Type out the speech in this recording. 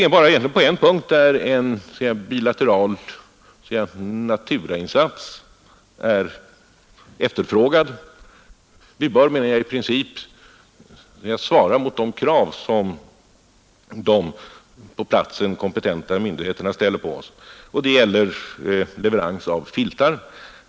Det är egentligen bara på en punkt en så att säga bilateral naturainsats är efterfrågad. Vi bör, menar jag, i princip söka svara mot de krav som de på platsen kompetenta myndigheterna ställer på oss. Jag avser kravet på leverans av filtar.